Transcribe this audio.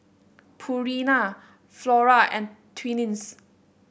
Purina Flora and Twinings